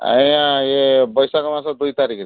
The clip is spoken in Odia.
ଆଜ୍ଞା ଇଏ ବୈଶାଖ ମାସ ଦୁଇ ତାରିଖରେ